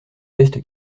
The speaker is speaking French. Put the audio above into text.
veste